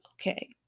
okay